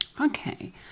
Okay